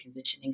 transitioning